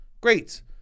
Great